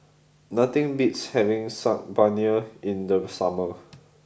nothing beats having Saag Paneer in the summer